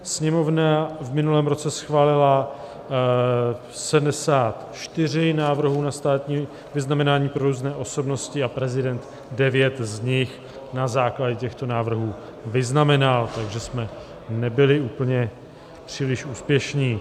Sněmovna v minulém roce schválila 74 návrhů na státní vyznamenání pro různé osobnosti a prezident devět z nich na základě těchto návrhů vyznamenal, takže jsme nebyli úplně příliš úspěšní.